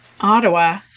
Ottawa